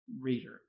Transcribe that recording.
reader